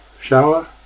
shower